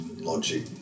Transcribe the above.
logic